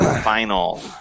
final